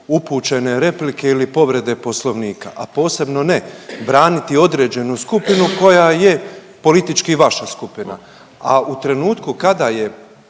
upućene replike ili povrede Poslovnika, a posebno ne braniti određenu skupinu koja je politički vaša skupina. A u trenutku kada je